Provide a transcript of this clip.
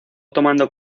tomando